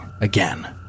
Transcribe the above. again